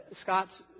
Scott's